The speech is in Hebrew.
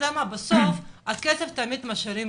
בסוף, הכסף תמיד משאיר עקבות.